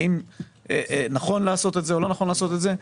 האם נכון לעשות את זה או לא נכון לעשות את זה,